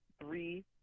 three